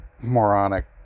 moronic